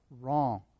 Wrong